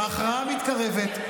ההכרעה מתקרבת.